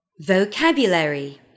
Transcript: Vocabulary